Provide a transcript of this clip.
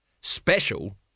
Special